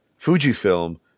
Fujifilm